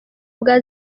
bwa